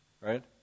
right